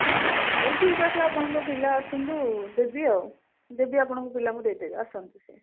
ହଁ ହଉ ଠିକ୍ ଅଛି ଆପଣଙ୍କ ପିଲା ଆସନ୍ତୁ ଦେବି ଆଉ ଦେବି ଆପଣଙ୍କ ପିଲାଙ୍କୁ ଦେଇଦେବି ଆସନ୍ତୁ ସିଏ